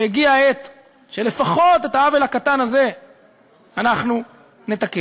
והגיעה העת שלפחות את העוול הקטן הזה אנחנו נתקן.